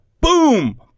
boom